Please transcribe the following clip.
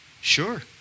Sure